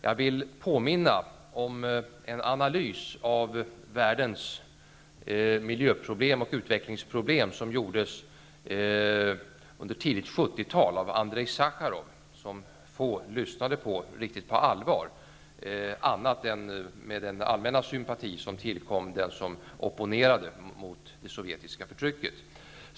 Jag vill påminna om en analys av världens miljöproblem och utvecklingsproblem som gjordes under tidigt 70-tal av Andrej Sacharov, som få lyssnade på riktigt på allvar annat än med den allmänna sympati som tillkom den som opponerade mot det sovjetiska förtrycket.